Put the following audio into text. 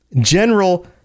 General